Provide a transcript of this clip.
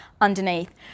underneath